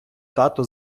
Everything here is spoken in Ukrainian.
тато